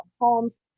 homes